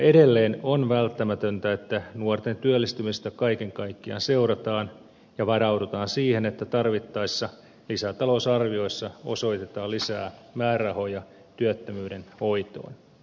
edelleen on välttämätöntä että nuorten työllistymistä kaiken kaikkiaan seurataan ja varaudutaan siihen että tarvittaessa lisätalousarvioissa osoitetaan lisää määrärahoja työttömyyden hoitoon